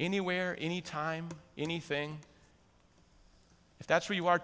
anywhere any time anything if that's where you are